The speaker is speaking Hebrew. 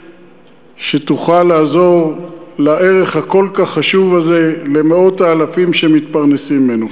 שתוכל לעזור לערך הכל-כך חשוב הזה למאות האלפים שמתפרנסים ממנו.